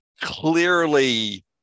clearly